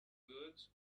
good